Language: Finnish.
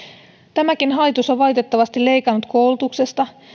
tämäkin hallitus on valitettavasti leikannut koulutuksesta